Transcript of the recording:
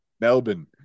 Melbourne